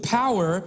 power